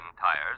tires